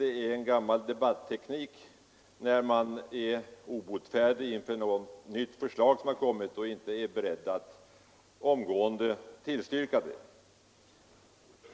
Det är en gammal debatteknik, när man är obotfärdig inför ett nytt förslag som lagts fram och inte är beredd att genast tillstyrka det.